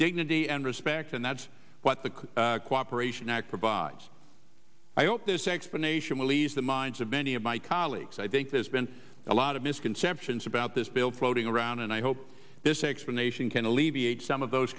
dignity and respect and that's what the cooperation act provides i hope this explanation will ease the minds of many of my colleagues i think there's been a lot of misconceptions about this bill floating around and i hope this explanation can alleviate some of those